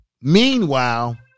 Meanwhile